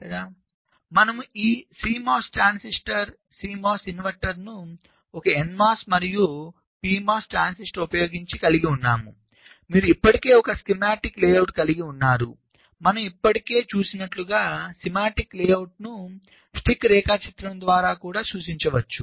కాబట్టి మనము ఒక CMOS ట్రాన్సిస్టర్ CMOS ఇన్వర్టర్ను ఒక nMOS మరియు pMOS ట్రాన్సిస్టర్ ఉపయోగించి కలిగి ఉన్నాము మీరు ఇప్పటికే ఒక స్కీమాటిక్ లేఅవుట్ కలిగి ఉన్నారు మనము ఇప్పటికే చూసినట్లుగా స్కీమాటిక్ లేఅవుట్ను స్టిక్ రేఖాచిత్రం ద్వారా కూడా సూచించవచ్చు